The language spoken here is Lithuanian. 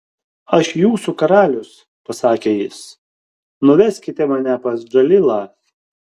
aš jūsų karalius pasakė jis nuveskite mane pas džalilą